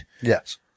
Yes